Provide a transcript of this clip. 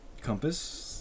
compass